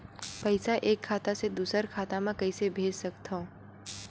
पईसा एक खाता से दुसर खाता मा कइसे कैसे भेज सकथव?